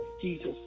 Jesus